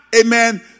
amen